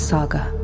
Saga